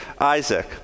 Isaac